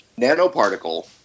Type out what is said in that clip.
nanoparticle